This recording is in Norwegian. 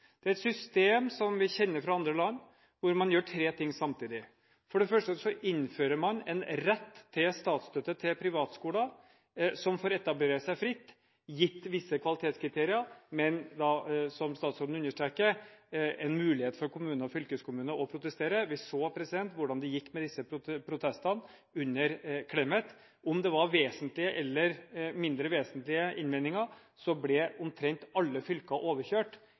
Det er et system som vi kjenner fra andre land, hvor man gjør tre ting samtidig. For det første innfører man en rett til statsstøtte for privatskoler, som får etablere seg fritt, gitt visse kvalitetskriterier, men – som statsråden understreker – med en mulighet for kommune og fylkeskommune til å protestere. Vi så hvordan det gikk med disse protestene under Clemet. Om det var vesentlige eller mindre vesentlige innvendinger, ble omtrent alle fylker overkjørt